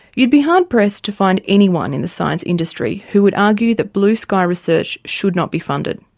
you'd be hard pressed to find anyone in the science industry who would argue that blue-sky research should not be funded.